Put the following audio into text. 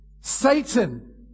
Satan